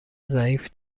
ضعیف